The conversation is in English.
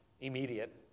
immediate